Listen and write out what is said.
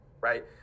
right